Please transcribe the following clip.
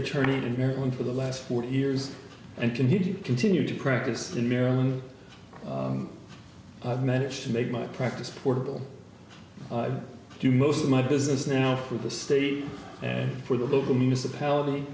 attorney in maryland for the last forty years and can he continue to practice in maryland i've managed to make my practice portable do most of my business now for the state and for the local municipality